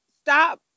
stop